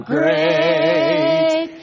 Great